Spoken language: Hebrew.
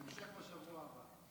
המשך בשבוע הבא.